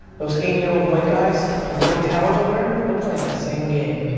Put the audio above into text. those eighty year old white guys in the big towers over there, and they're playing that same game.